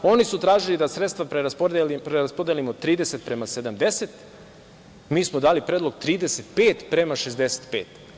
Oni su tražili da sredstva preraspodelimo 30 prema 70, mi smo dali predlog 35 prema 65.